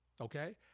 Okay